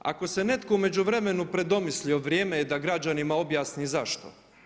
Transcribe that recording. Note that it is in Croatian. Ako se ne neko u međuvremenu predomislio, vrijeme je da građanima objasni zašto.